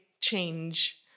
change